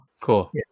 cool